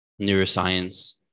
neuroscience